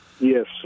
Yes